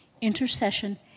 intercession